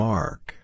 Mark